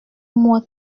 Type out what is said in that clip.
moi